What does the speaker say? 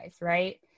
right